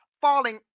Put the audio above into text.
falling